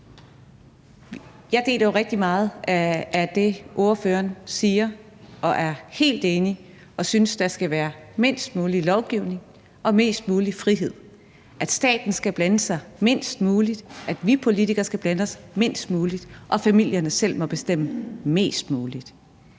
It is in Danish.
Jeg deler jo rigtig meget af det, ordføreren siger. Jeg er helt enig i og synes, at der skal være mindst mulig lovgivning og mest mulig frihed, at staten skal blande sig mindst muligt, at vi politikere skal blande os mindst muligt, og at familierne selv må bestemme mest muligt.